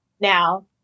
Now